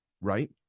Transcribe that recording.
right